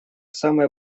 самая